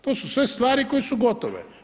To su sve stvari koje su gotove.